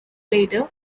later